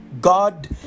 God